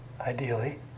ideally